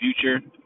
future